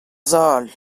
sal